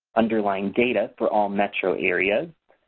underlying data for all metro areas.